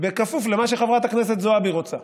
בכפוף למה שחברת הכנסת זועבי רוצה.